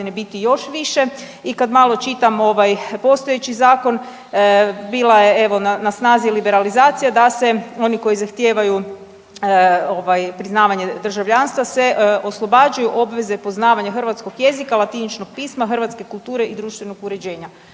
biti još više. I kad malo čitam ovaj postojeći zakon bila je na snazi liberalizacija da se oni koji zahtijevaju priznavanje državljanstva se oslobađaju obveze poznavanja hrvatskog jezika, latiničnog pisma, hrvatske kulture i društvenog uređenja,